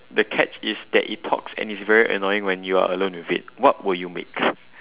the catch is that it talks and it's very annoying when you are alone with it what will you make